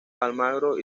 almagro